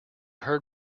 heard